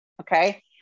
Okay